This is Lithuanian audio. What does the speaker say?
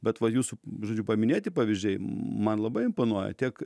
bet va jūsų žodžiu paminėti pavyzdžiai man labai imponuoja tiek